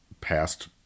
past